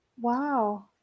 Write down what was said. Wow